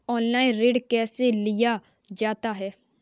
Online ऋण कैसे लिया जाता है?